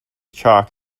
chalk